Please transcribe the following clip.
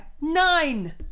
nine